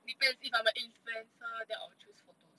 depends if I am an influencer then I will choose photos